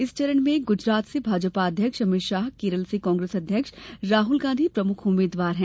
इस चरण में गुजरात से भाजपा अध्यक्ष अमित शाह केरल से कांग्रेस अध्यक्ष राहुल गांधी प्रमुख उम्मीदवार हैं